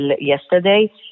yesterday